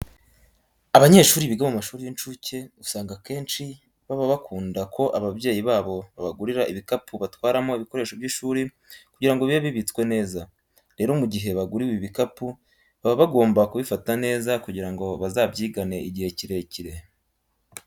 Abanyeshuri biga mu mashuri y'incuke usanga akenshi baba bakunda ko ababyeyi babo babagurira ibikapu batwaramo ibikoresho by'ishuri kugira ngo bibe bibitswe neza. Rero mu gihe baguriwe ibi bikapu baba bagomba kubifata neza kugira ngo bazabyigane igihe kirekire.